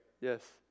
Yes